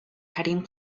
hiding